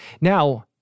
Now